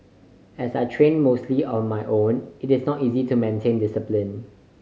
as I train mostly on my own it is not easy to maintain discipline